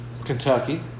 Kentucky